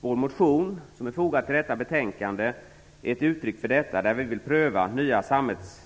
Vår motion, som är fogad till detta betänkande, är ett uttryck för detta. Vi säger där att vi vill pröva nya